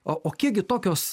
o o kiekgi tokios